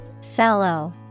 Sallow